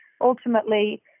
ultimately